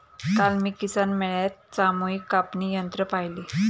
काल मी किसान मेळ्यात सामूहिक कापणी यंत्र पाहिले